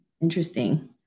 Interesting